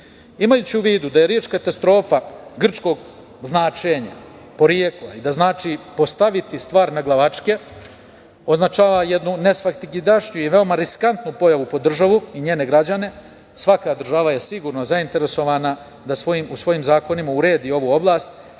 druge. Imajući u vidu da je reč katastrofa grčkog značenja, porekla i da znači – postaviti stvar naglavačke, označava jednu nesvakidašnju i veoma riskantnu pojavu po državu i njene građane, svaka država je sigurno zainteresovana da u svojim zakonima uredi ovu oblast